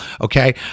okay